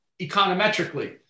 econometrically